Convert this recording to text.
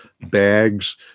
bags